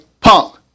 punk